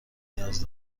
نیاز